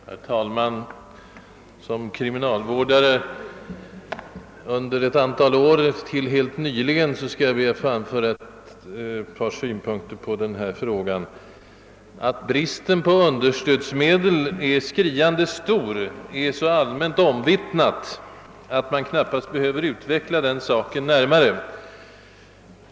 Herr talman! Som kriminalvårdare under ett antal år tills helt nyligen skall jag be att få anföra ett par synpunkter på denna fråga. Att bristen på understödsmedel är skriande stor är så allmänt omvittnat att man knappast behöver utveckla den saken närmare.